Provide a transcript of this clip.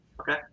Okay